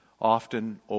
often